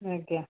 ଆଜ୍ଞା